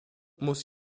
muss